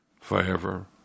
forever